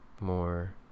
more